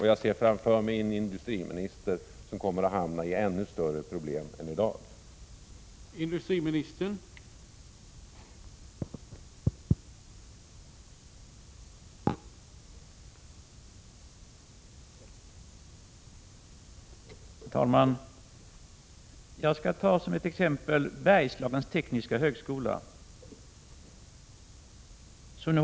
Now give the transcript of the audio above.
Jag ser framför mig en industriminister som kommer att få ännu större problem än han har i dag.